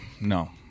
no